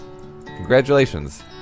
congratulations